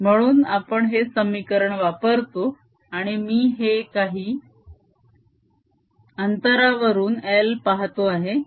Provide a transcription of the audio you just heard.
म्हणून आपण हे समीकरण वापरतो आणि मी हे काही अंतरावरून पाहतो आहे